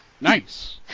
Nice